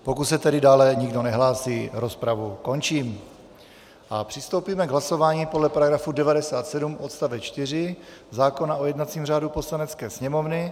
Pokud se tedy dále nikdo nehlásí, rozpravu končím a přistoupíme k hlasování podle § 97 odst. 4 zákona o jednacím řádu Poslanecké sněmovny.